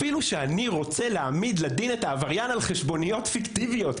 אפילו שאני רוצה להעמיד את העבריין על חשבוניות פיקטיביות,